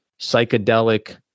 psychedelic